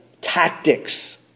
tactics